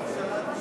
אבקש מחברי הכנסת,